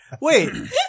wait